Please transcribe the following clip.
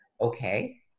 Okay